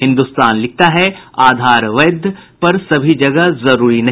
हिन्दुस्तान लिखता है आधार वैध पर सभी जगह जरूरी नहीं